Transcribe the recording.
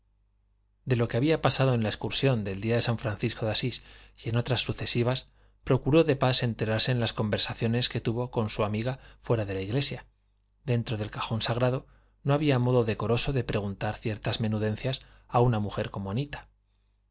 de lo que había pasado en la excursión del día de san francisco de asís y en otras sucesivas procuró de pas enterarse en las conversaciones que tuvo con su amiga fuera de la iglesia dentro del cajón sagrado no había modo decoroso de preguntar ciertas menudencias a una mujer como anita